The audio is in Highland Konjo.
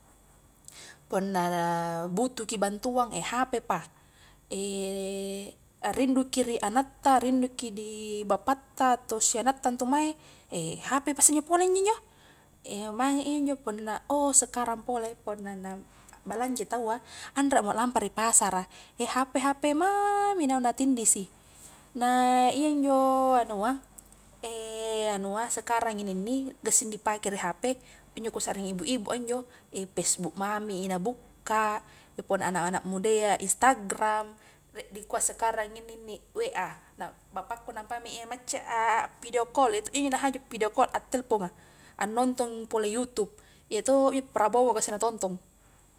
Punna butuhki bantuan hp pa, rinduki ri anatta rinduki di bapatta atau sianatta ntu mae, hp pa isse pole injo njo, maingi injo punna oh sekarang pole punna na abbalanjai taua anremo lampa ri pasara, eh hp-hp mami naung natindisi, nah iya njo anua anua sekarang inne nni gassing dipake ri hp injo kusarring ibu-ibu a njo, pesbuk mami i nabukka, punna anak-anak mudayya instagram, rie dikua sekarang inni nni, wa, nah bapakku nampaimi iya macca a pidio kol, iya to ji nahaju pidio kol attelponga, annontong pole yutup, yatoo iyo prabowo gassing natontong.